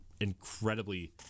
incredibly